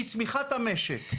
מצמיחת המשק.